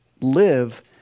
live